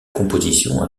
composition